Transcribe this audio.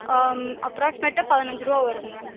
அப்ராக்ஸ்மேட்டாக பதினைஞ்சி ரூபா வருங்க